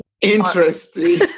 interesting